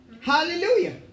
Hallelujah